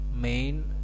main